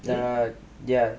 uh ya